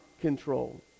control